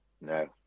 No